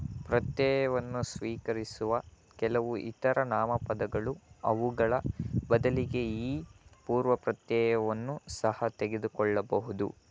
ಪ್ರತ್ಯಯವನ್ನು ಸ್ವೀಕರಿಸುವ ಕೆಲವು ಇತರ ನಾಮಪದಗಳು ಅವುಗಳ ಬದಲಿಗೆ ಈ ಪೂರ್ವ ಪ್ರತ್ಯಯವನ್ನು ಸಹ ತೆಗೆದುಕೊಳ್ಳಬಹುದು